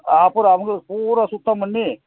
அப்புறம் அவங்களும் பூரா சுத்தம் பண்ணி